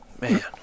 Man